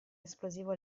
esplosivo